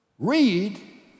Read